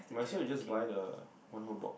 might as well you just buy the one whole box